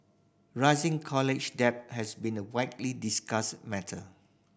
rising college debt has been a widely discussed matter